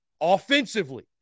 offensively